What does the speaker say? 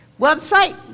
website